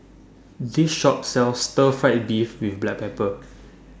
This Shop sells Stir Fried Beef with Black Pepper